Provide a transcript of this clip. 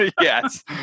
yes